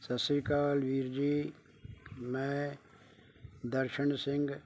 ਸਤਿ ਸ਼੍ਰੀ ਅਕਾਲ ਵੀਰ ਜੀ ਮੈਂ ਦਰਸ਼ਨ ਸਿੰਘ